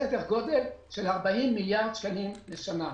סדר גודל של 40 מיליארד שקל לשנה.